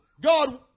God